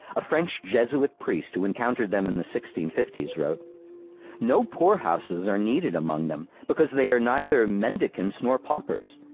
a french jesuit priest who encountered them in the sixteen fifty s wrote no poorhouses are needed among them, because they are neither mendicants mendicants nor paupers.